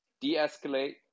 de-escalate